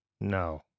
No